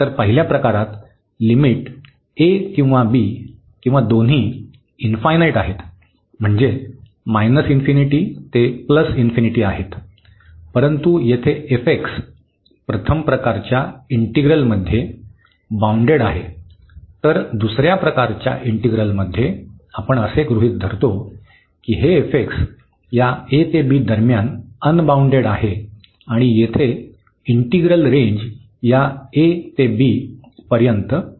तर पहिल्या प्रकारात लिमिट a किंवा b किंवा दोन्ही इन्फायनाईट आहेत म्हणजे ते आहेत परंतु येथे f x प्रथम प्रकाराच्या इंटिग्रलमध्ये बाउंडेड आहे तर दुसर्या प्रकाराच्या इंटिग्रलमध्ये आपण असे गृहित धरतो की हे या a ते b दरम्यान अनबाउंडेड आहे आणि येथे इंटिग्रल रेंज या a ते b पर्यंत फायनाईट आहेत